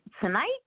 Tonight